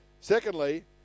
Secondly